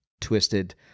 twisted